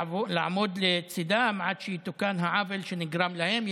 לעמוד לצידם עד שיתוקן העוול שנגרם להם.